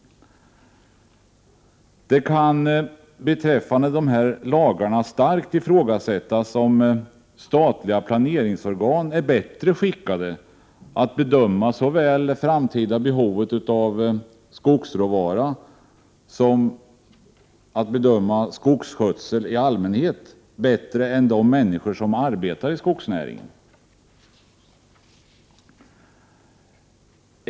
Beträffande dessa lagar kan det starkt ifrågasättas om statliga planeringsorgan är bättre skickade att bedöma såväl framtida behov av skogsråvara som skogsskötsel i allmänhet än de människor som arbetar inom skogsnäringen.